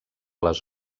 les